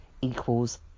equals